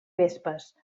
vespes